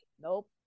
Nope